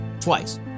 twice